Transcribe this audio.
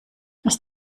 ist